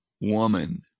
woman